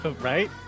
Right